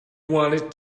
wanted